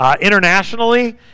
internationally